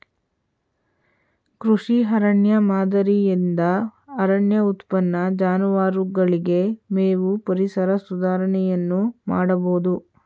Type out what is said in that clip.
ಕೃಷಿ ಅರಣ್ಯ ಮಾದರಿಯಿಂದ ಅರಣ್ಯ ಉತ್ಪನ್ನ, ಜಾನುವಾರುಗಳಿಗೆ ಮೇವು, ಪರಿಸರ ಸುಧಾರಣೆಯನ್ನು ಮಾಡಬೋದು